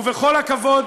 ובכל הכבוד,